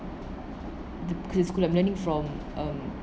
the cause I'm learning from um